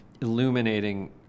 illuminating